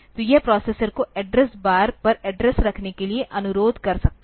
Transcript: तो यह प्रोसेसर को एड्रेस बार पर एड्रेस रखने के लिए अनुरोध कर सकता है